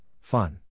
fun